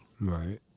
Right